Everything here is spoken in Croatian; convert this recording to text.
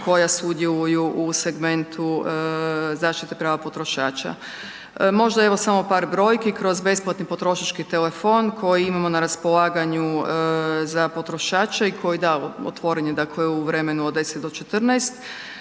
koja sudjeluju u segmentu zaštite prava potrošača. Možda evo samo par brojki, kroz besplatni potrošački telefon koji imamo na raspolaganju za potrošače i koji da, otvoren je u vremenu od 10-14,